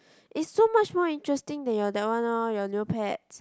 is so much more interesting than your that one lor your Neopets